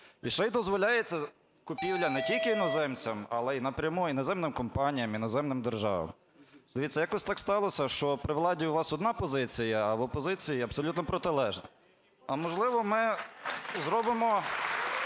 і ще й дозволяється купівля не тільки іноземцям, але й напряму іноземним компаніям, іноземним державам. Дивіться, якось так сталося, що при владі у вас одна позиція, а в опозиції – абсолютно протилежна. А, можливо, ми зробимо